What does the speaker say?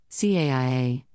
CAIA